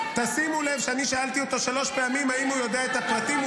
תשימו לב שאני שאלתי אותו שלוש פעמים אם הוא יודע את הפרטים.